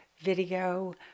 video